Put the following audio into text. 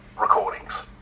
recordings